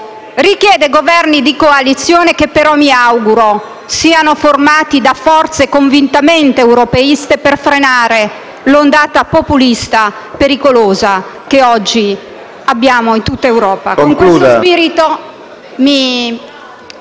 chiede Governi di coalizione, che però mi auguro siano formati da forze convintamente europeiste per frenare la pericolosa ondata populista che oggi abbiamo in tutta Europa. Con questo spirito